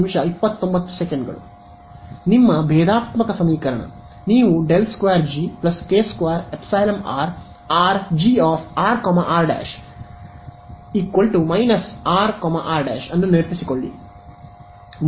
ನಿಮ್ಮ ಭೇದಾತ್ಮಕ ಸಮೀಕರಣ ನೀವು ∇2G k2ϵr G r r ' remember r r' ಅನ್ನು ನೆನಪಿಸಿಕೊಳ್ಳಿ